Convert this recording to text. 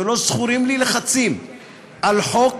ולא זכורים לי לחצים על חוק